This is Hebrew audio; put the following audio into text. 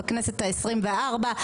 בכנסת ה-24,